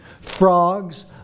frogs